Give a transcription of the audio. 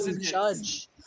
Judge